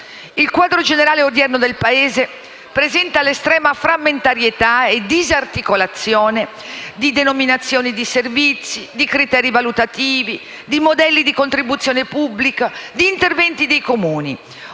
Il quadro generale odierno del Paese presenta un'estrema frammentarietà e disarticolazione di denominazioni di servizi, criteri valutativi, modelli di contribuzione pubblica e interventi dei Comuni.